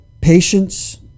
patience